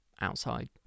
outside